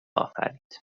آفرید